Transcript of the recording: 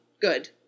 Good